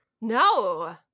no